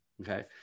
Okay